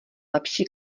lepší